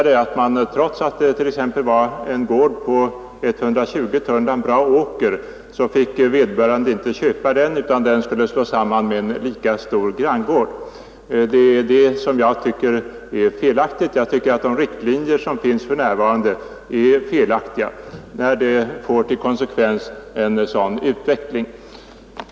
Det gällde t.ex. en gård på 120 tunnland bra åker som vederbörande inte fick köpa därför att den skulle slås samman med en lika stor granngård. Det är detta jag tycker är felaktigt. Jag anser att de riktlinjer som finns för närvarande är olämpliga, när de får till konsekvens en sådan utveckling.